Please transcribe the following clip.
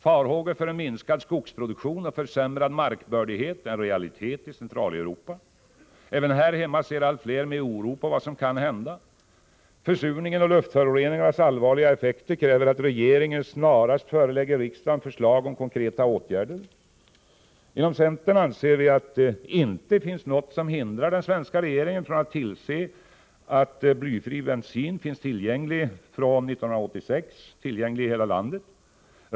Farhågor för minskad skogsproduktion och försämrad markbördighet är en realitet i Centraleuropa. Även här hemma ser allt fler med oro på vad som kan hända. Försurningen och luftföroreningarnas allvarliga effekter kräver att regeringen snarast förelägger riksdagen förslag om konkreta åtgärder. Inom centerpartiet anser vi att det inte finns något som hindrar den svenska regeringen från att tillse att blyfri bensin finns tillgänglig i hela landet från år 1986.